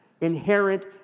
inherent